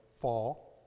fall